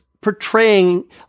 portraying